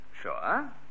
Sure